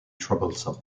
troublesome